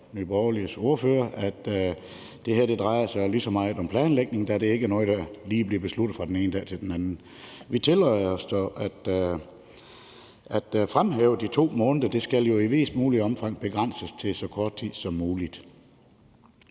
Nye Borgerliges ordfører, at det her jo lige så meget drejer sig om planlægning, da det ikke er noget, der lige bliver besluttet fra den ene dag til den anden. Vi tillader os dog at fremhæve de to måneder. Det skal jo i videst muligt omfang begrænses til så kort tid som muligt.